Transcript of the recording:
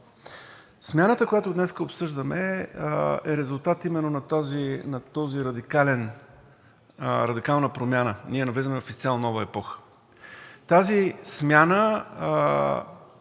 Смяната, която днес обсъждаме, е резултат именно на тази радикална промяна – ние навлизаме в изцяло нова епоха. Тази смяна